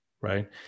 Right